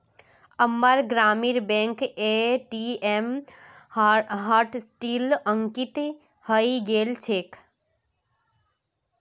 अम्मार ग्रामीण बैंकेर ए.टी.एम हॉटलिस्टत अंकित हइ गेल छेक